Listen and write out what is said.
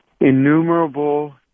innumerable